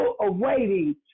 awaiting